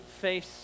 face